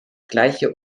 gleiche